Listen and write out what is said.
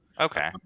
okay